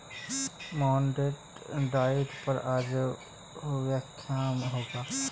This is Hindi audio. मोहन डेट डाइट पर आज व्याख्यान होगा